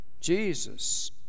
Jesus